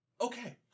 Okay